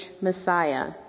Messiah